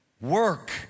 work